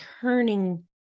turning